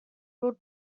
ruled